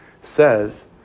says